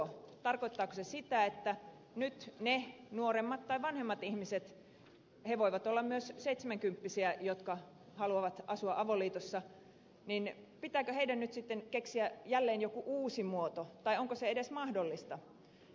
tarkoittaako se sitä että nyt heidän nuorempien tai vanhempien ihmisten ne voivat olla myös seitsemänkymppisiä jotka haluavat asua avoliitossa pitää sitten keksiä jälleen joku uusi muoto tai onko se edes mahdollista